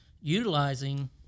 utilizing